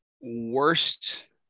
worst